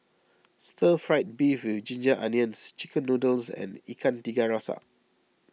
Stir Fried Beef with Ginger Onions Chicken Noodles and Ikan Tiga Rasa